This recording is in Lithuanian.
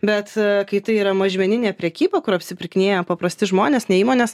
bet kai tai yra mažmeninė prekyba kur apsipirkinėja paprasti žmonės ne įmonės